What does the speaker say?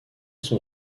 son